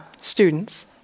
students